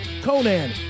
Conan